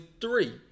three